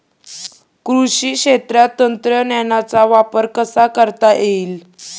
कृषी क्षेत्रात तंत्रज्ञानाचा वापर कसा करता येईल?